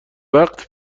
وقت